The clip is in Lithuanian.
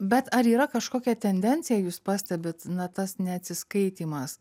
bet ar yra kažkokia tendencija jūs pastebit na tas neatsiskaitymas